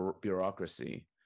bureaucracy